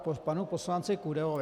K panu poslanci Kudelovi.